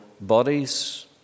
bodies